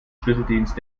schlüsseldienst